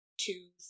two